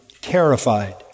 terrified